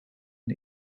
and